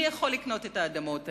מי יכול לקנות את האדמות האלה,